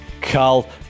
Carl